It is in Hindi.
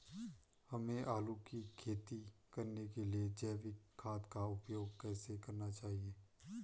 हमें आलू की खेती करने के लिए जैविक खाद का उपयोग कैसे करना चाहिए?